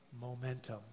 momentum